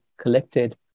collected